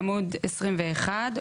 עמוד 21,